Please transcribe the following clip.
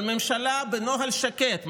אבל הממשלה בנוהל שקט,